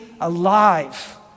alive